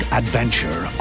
adventure